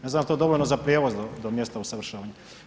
Ne znam jel to dovoljno za prijevoz do mjesta usavršavanja.